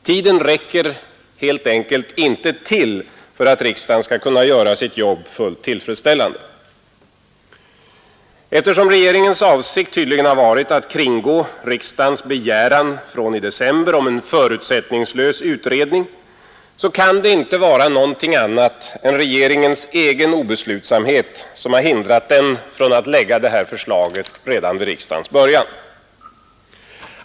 Tiden räcker helt enkelt inte till för att riksdagen skall kunna göra sitt jobb fullt tillfredsställande. Eftersom regeringens avsikt tydligen har varit att kringgå riksdagens begäran från december om en förutsättningslös utredning, kan det inte vara någonting annat än regeringens egen obeslutsamhet som har hindrat den från att lägga fram det här förslaget redan vid riksdagens början.